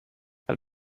het